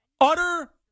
Utter